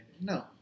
no